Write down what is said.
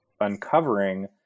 uncovering